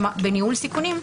בניהול סיכונים,